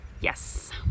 Yes